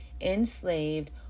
enslaved